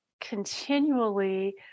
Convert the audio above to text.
continually